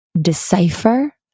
decipher